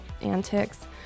antics